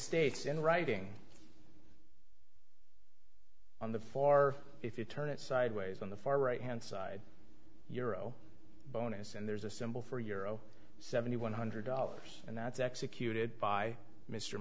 states in writing on the floor if you turn it sideways on the far right hand side euro bonus and there's a symbol for euro seventy one hundred dollars and that's executed by mr